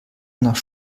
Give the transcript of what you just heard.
nach